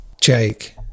Jake